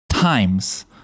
times